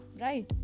right